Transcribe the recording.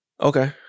okay